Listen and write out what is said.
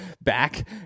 back